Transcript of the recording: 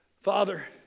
Father